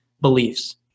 beliefs